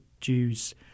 Jews